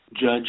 judge